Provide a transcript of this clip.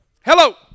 Hello